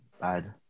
bad